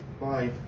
Bye